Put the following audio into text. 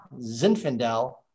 Zinfandel